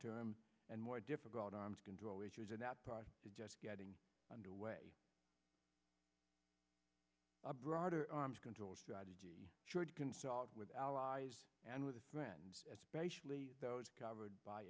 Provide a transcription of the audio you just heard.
term and more difficult arms control issues in that part just getting underway a broader arms control strategy should consult with allies and with friends especially those covered by